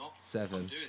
seven